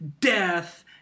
death